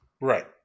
Right